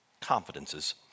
confidences